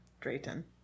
drayton